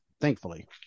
thankfully